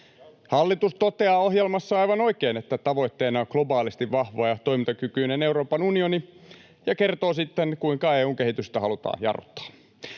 Hallitus toteaa ohjelmassaan aivan oikein, että tavoitteena on globaalisti vahva ja toimintakykyinen Euroopan unioni, ja kertoo sitten, kuinka EU:n kehitystä halutaan jarruttaa.